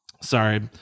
sorry